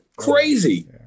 crazy